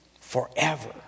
forever